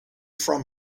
from